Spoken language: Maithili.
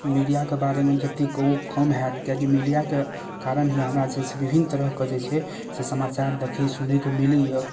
मीडियाके बारेमे जते कहु कम हैत किएक कि मीडियाके कारण ही हमरा जे छै से विभिन्न तरहके जे छै से समाचार देखै सुनैके मिलैय